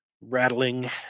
rattling